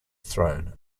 throne